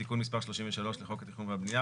בתיקון מס' 33 לחוק התכנון והבנייה,